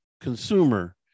consumer